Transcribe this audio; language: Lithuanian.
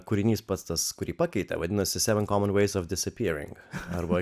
kūrinys pats tas kurį pakeitė vadinasi seven common ways of dissapearing arba